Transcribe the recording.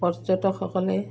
পৰ্যটকসকলে